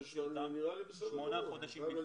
זה נראה לי בסדר גמור.